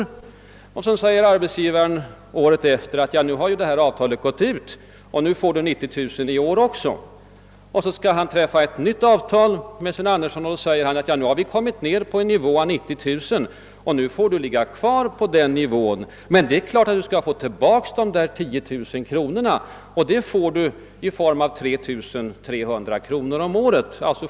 Året därefter säger arbetsgivaren: »Nu har ju det här avtalet gått ut, och nu får Du 90 000 i år också.« Och när han sedan träffar ett nytt avtal med Sven Andersson säger han: »Nu har vi kommit ned på en nivå av 90000 kronor, och nu får Du ligga kvar där, men det är klart att Du skall få tillbaka de 10 000 kronorna. Det får Du i form av ett tilllägg om 3 300 kronor om året under tre år.